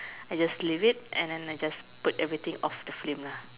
I just leave it and then I just put everything off the flame lah